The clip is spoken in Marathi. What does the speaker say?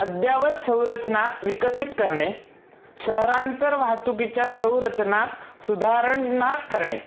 अद्ययावत संरचना विकसित करणे शहरांतर वाहतुकीच्या संरचना सुधार णा करणे